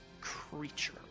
creature